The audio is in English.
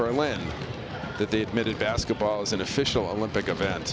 berlin that they admitted basketball is an official olympic event